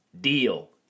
deal